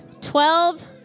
Twelve